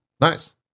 Nice